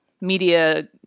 media